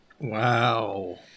Wow